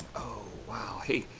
wow, hey,